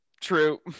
true